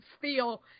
feel